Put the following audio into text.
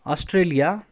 Australia